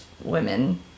women